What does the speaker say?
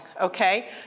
Okay